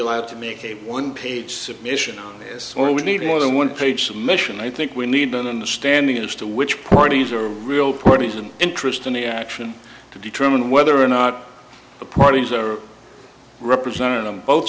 allowed to make a one page submission on this one we need more than one page submission i think we need an understanding as to which parties are real parties and interest in the action to determine whether or not the parties are represented on both